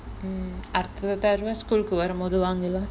hmm அடுத்த தடவ:adutha thadava school வரும்போது வாங்கிர்லாம்:varumpothu vaangirlaam